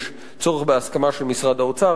יש צורך בהסכמה של משרד האוצר,